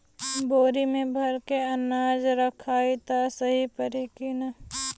बोरी में भर के अनाज रखायी त सही परी की ना?